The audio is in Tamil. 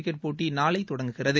கிரிக்கெட் போட்டி நாளை தொடங்குகிறது